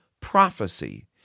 prophecy